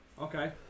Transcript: Okay